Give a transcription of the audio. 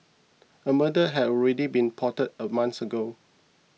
a murder had already been plotted a month ago